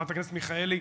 חברת הכנסת מיכאלי,